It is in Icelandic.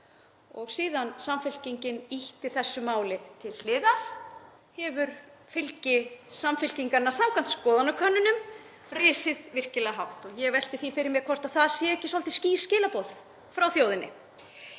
Síðan Samfylkingin ýtti þessu máli til hliðar hefur fylgi Samfylkingarinnar samkvæmt skoðanakönnunum risið virkilega hátt og ég velti því fyrir mér hvort það séu ekki svolítið skýr skilaboð frá þjóðinni.